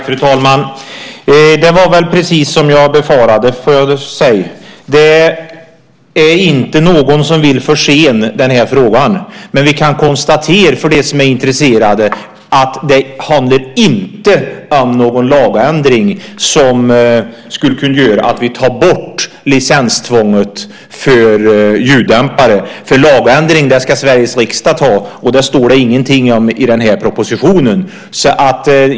Fru talman! Det var precis som jag befarade. Det är inte någon som vill försena den här frågan. Men de som är intresserade kan konstatera att det inte handlar om någon lagändring som tar bort licenstvånget för ljuddämpare. En lagändring ska Sveriges riksdag besluta om, och det står det ingenting om i den här propositionen. Fru talman!